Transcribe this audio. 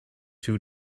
two